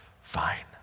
fine